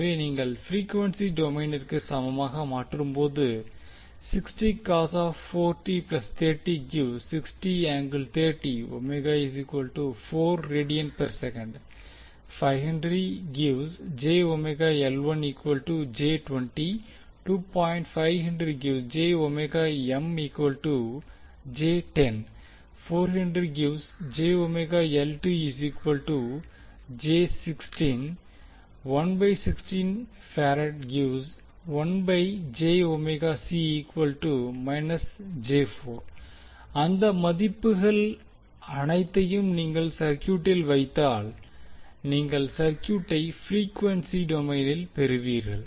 எனவே நீங்கள் ஃப்ரீக்வென்சி டொமைனிற்கு சமமாக மாற்றும்போது அந்த மதிப்புகள் அனைத்தையும் நீங்கள் சர்க்யூட்டில் வைத்தால் நீங்கள் சர்க்யூட்டை ஃப்ரீக்வென்சி டொமைனில் பெறுவீர்கள்